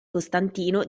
costantino